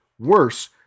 Worse